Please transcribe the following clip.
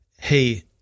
hey